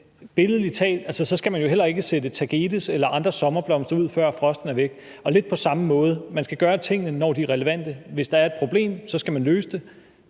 billedlig talt skal man jo heller ikke sætte tagetes eller andre sommerblomster ud, før frosten er væk. Og lidt på samme måde: Man skal gøre tingene, når de er relevante. Hvis der er et problem, skal man løse det.